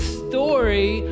story